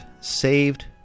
Saved